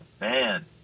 Man